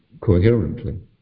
coherently